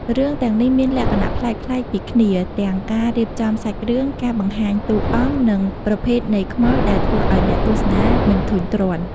រឿងទាំងនេះមានលក្ខណៈប្លែកៗពីគ្នា ទាំងការរៀបចំសាច់រឿង ការបង្ហាញតួអង្គ និងប្រភេទនៃខ្មោច ដែលធ្វើឲ្យអ្នកទស្សនាមិនធុញទ្រាន់។